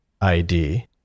ID